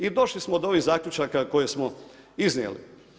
I došli smo do ovih zaključaka koje smo iznijeli.